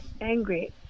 angry